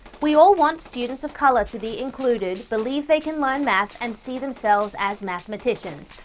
we all want students of color to be included, believe they can learn math, and see themselves as mathematicians,